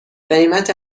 قیمت